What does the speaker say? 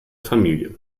familie